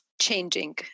changing